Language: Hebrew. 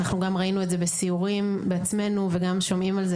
אנחנו גם ראינו את זה בסיורים בעצמנו וגם שומעים על זה,